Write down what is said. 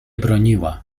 broniła